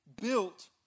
built